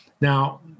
Now